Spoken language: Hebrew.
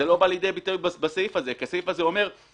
זה לא בא לידי ביטוי בסעיף הזה כי הסעיף הזה אומר שחוק